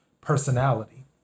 personality